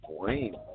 brain